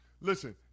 Listen